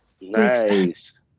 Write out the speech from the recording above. Nice